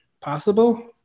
possible